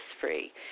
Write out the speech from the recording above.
free